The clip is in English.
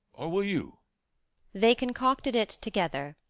or will you they concocted it together,